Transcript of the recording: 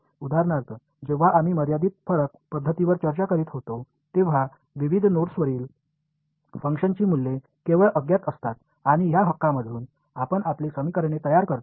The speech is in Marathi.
उदाहरणार्थ जेव्हा आम्ही मर्यादित फरक पद्धतीवर चर्चा करीत होतो तेव्हा विविध नोड्सवरील फंक्शनची मूल्ये केवळ अज्ञात असतात आणि त्या हक्कांमधून आपण आपली समीकरणे तयार करतो